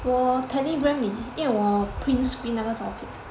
我 Telegram 你因为我 print screen 那个照片